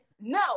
No